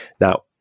now